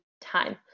time